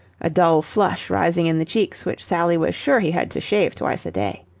a dull flush rising in the cheeks which sally was sure he had to shave twice a day.